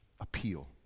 appeal